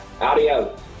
adios